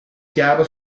chiaro